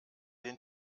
den